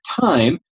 time